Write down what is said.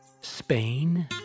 Spain